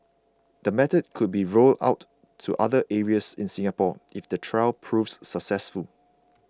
the method could be rolled out to other areas in Singapore if the trial proves successful